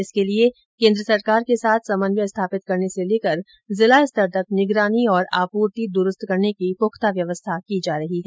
इसके लिए केन्द्र सरकार के साथ समन्वय स्थापित करने से लेकर जिला स्तर तक निगरानी और आपूर्ति द्रूस्त करने की पूख्ता व्यवस्था की जा रही है